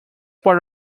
part